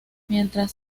mientras